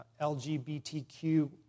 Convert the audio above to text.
LGBTQ